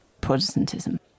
Protestantism